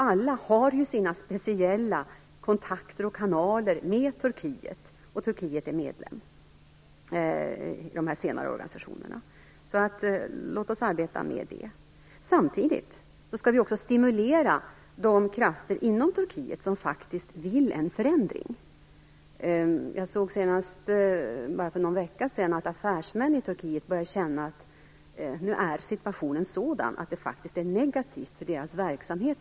Alla har sina speciella kanaler och kontakter med Turkiet, och Turkiet är medlem i de senare organisationerna. Så låt oss arbeta med detta. Samtidigt skall vi också stimulera de krafter inom Turkiet som faktiskt vill ha en förändring. Senast för någon vecka sedan såg jag att affärsmän i Turkiet börjar känna att det som händer på MR-området faktiskt är negativt för deras verksamhet.